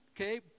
okay